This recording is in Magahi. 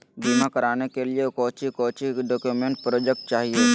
बीमा कराने के लिए कोच्चि कोच्चि डॉक्यूमेंट प्रोजेक्ट चाहिए?